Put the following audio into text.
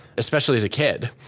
especially as a kid?